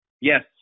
yes